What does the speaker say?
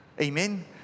Amen